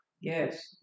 Yes